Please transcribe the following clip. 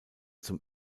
zum